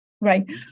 Right